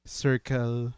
circle